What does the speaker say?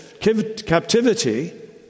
Captivity